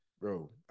bro